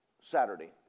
Saturday